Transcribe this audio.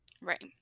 Right